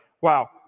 wow